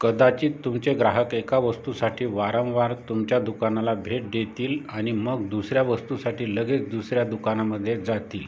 कदाचित तुमचे ग्राहक एका वस्तूसाठी वारंवार तुमच्या दुकानाला भेट देतील आणि मग दुसऱ्या वस्तूसाठी लगेच दुसऱ्या दुकानामध्ये जातील